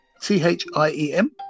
T-H-I-E-M